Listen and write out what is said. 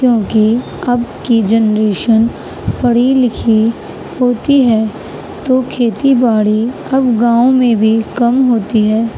کیوں کہ اب کی جنریشن پڑھی لکھی ہوتی ہے تو کھیتی باڑی اب گاؤں میں بھی کم ہوتی ہے